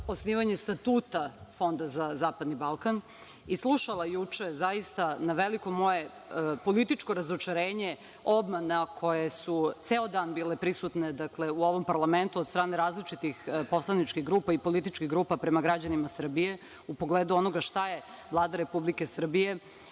osnivanje Statuta Fonda za zapadni Balkan, i slušala juče zaista na veliko moje političko razočarenje obmane koje su ceo dan bile prisutne u ovom parlamentu od strane različitih poslaničkih grupa i političkih grupa prema građanima Srbije u pogledu onoga šta je Vlada Republike Srbije